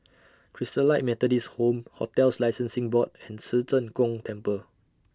Christalite Methodist Home hotels Licensing Board and Ci Zheng Gong Temple